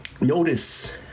notice